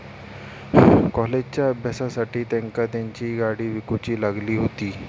कॉलेजच्या अभ्यासासाठी तेंका तेंची गाडी विकूची लागली हुती